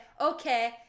Okay